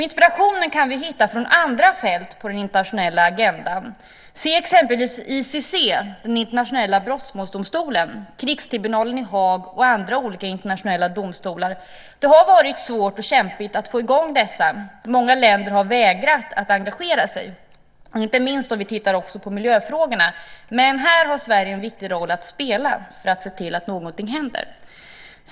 Inspirationen kan vi hitta från andra fält på den internationella agendan. Se exempelvis till ICC, den internationella brottmålsdomstolen, Krigstribunalen i Haag och andra olika internationella domstolar. De har varit svårt och kämpigt att få i gång dessa. Många länder har vägrat att engagera sig. Det gäller inte minst om vi tittar på miljöfrågorna. Här har Sverige en viktig roll att spela för att se till att någonting händer.